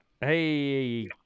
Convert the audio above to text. Hey